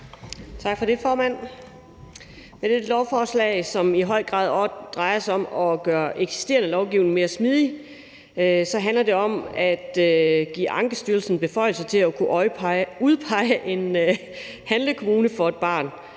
er et lovforslag, som i høj grad drejer sig om at gøre den eksisterende lovgivning mere smidig, og så handler det om at give Ankestyrelsen beføjelser til at kunne udpege en handlekommune for et barn